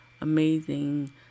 amazing